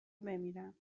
بمیرم